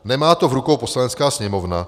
Nemá to v rukou Poslanecká sněmovna.